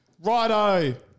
Righto